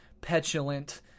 petulant